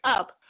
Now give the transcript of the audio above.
up